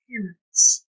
parents